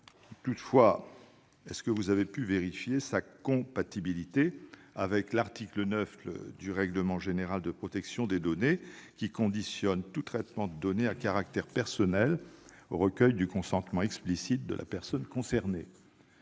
Toutefois, avez-vous pu vérifier sa compatibilité avec l'article 9 du règlement général sur la protection des données (RGPD), qui conditionne tout traitement de données à caractère personnel au recueil du consentement explicite de la personne concernée ?